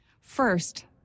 First